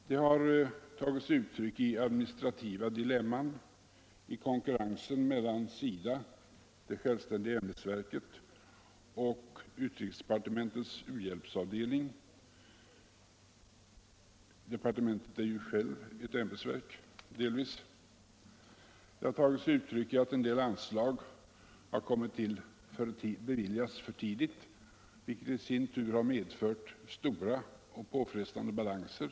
Detta har tagit sig uttryck i administrativa dilemman i konkurrensen mellan SIDA, det självständiga ämbetsverket, och utrikesdepartementets u-hjälpsavdelning. Departementet är ju självt delvis ett ämbetsverk. Det har också tagit sig uttryck i att en del anslag beviljats för tidigt, vilket i sin tur har medfört stora och påfrestande balanser.